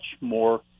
more